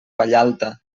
vallalta